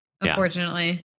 unfortunately